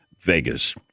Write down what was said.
Vegas